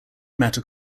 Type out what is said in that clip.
matter